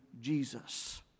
Jesus